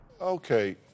Okay